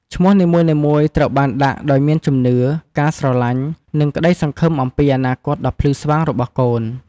ឈ្មោះនីមួយៗត្រូវបានដាក់ដោយមានជំនឿ ការស្រឡាញ់ និងក្តីសង្ឃឹមអំពីអនាគតដ៏ភ្លឺស្វាងរបស់កូន។